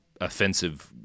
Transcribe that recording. offensive